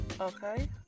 Okay